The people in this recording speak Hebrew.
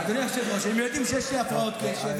שבהן אדם על רקע נטייתו המינית נסקל בכיכר העיר.